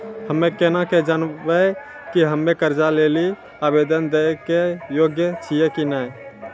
हम्मे केना के जानबै कि हम्मे कर्जा लै लेली आवेदन दै के योग्य छियै कि नै?